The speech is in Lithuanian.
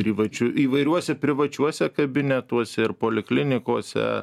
ir įvačių įvairiuose privačiuose kabinetuose ir poliklinikose